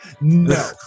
No